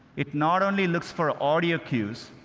it not only looks for audio cues,